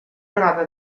roda